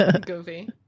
Goofy